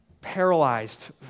paralyzed